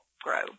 grow